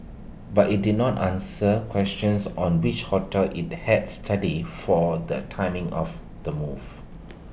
but IT did not answer questions on which hotels IT had studied for the timing of the move